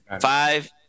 Five